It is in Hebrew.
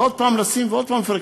ועוד פעם לשים ועוד פעם לפרק.